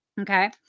Okay